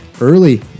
early